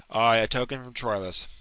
ay, a token from troilus.